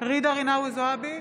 ג'ידא רינאוי זועבי,